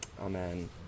Amen